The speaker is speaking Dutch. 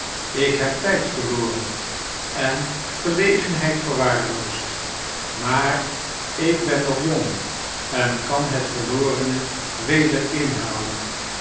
ik heb tyd verloren en gelegenheid verwaarloosd maar ik ben nog jong en kan het verlorene weder inhalen